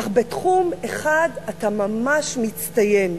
אך בתחום אחד אתה ממש מצטיין,